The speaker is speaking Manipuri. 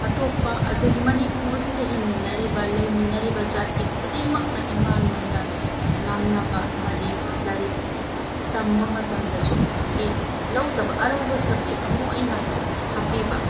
ꯑꯇꯣꯞꯄ ꯑꯩꯈꯣꯏꯒꯤ ꯃꯅꯤꯄꯨꯔꯁꯤꯗ ꯍꯤꯡꯃꯤꯟꯅꯔꯤꯕ ꯂꯩꯃꯤꯟꯅꯔꯤꯕ ꯖꯥꯇꯤ ꯈꯨꯗꯤꯡꯃꯛꯅ ꯏꯃꯥ ꯂꯣꯟꯗ ꯉꯥꯡꯅꯕ ꯑꯃꯗꯤ ꯂꯥꯏꯔꯤꯛ ꯇꯝꯕ ꯃꯇꯝꯗꯁꯨ ꯁꯤ ꯂꯧꯗꯕ ꯑꯔꯧꯕ ꯁꯞꯖꯦꯛ ꯑꯃ ꯑꯣꯏꯅ ꯍꯥꯞꯄꯤꯕ